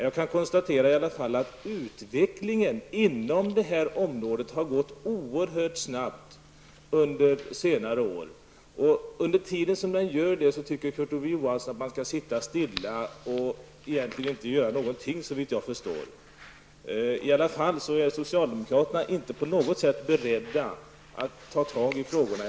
Jag kan i alla fall konstatera att utvecklingen inom detta område har gått oerhört snabbt under senare år. Och under tiden som den gör det tycker Kurt Ove Johansson, såvitt jag förstår, att man skall sitta still och egentligen inte göra någonting. Socialdemokraterna är i alla fall inte på något sätt beredda att ta tag i dessa frågor.